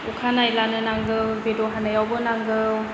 अखा नायब्लानो नांगौ बेदर हानायावबो नांगौ